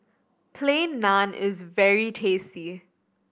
Plain Naan is very tasty